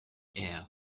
air